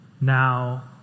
Now